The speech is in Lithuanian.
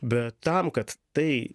bet tam kad tai